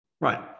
Right